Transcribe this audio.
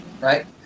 right